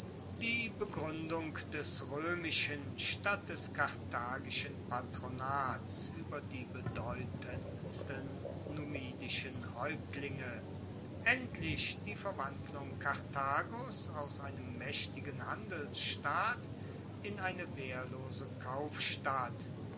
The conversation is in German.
die begruendung des roemischen statt des karthagischen patronats ueber die bedeutendsten numidischen haeuptlinge endlich die verwandlung karthagos aus einem maechtigen handelsstaat in eine wehrlose kaufstadt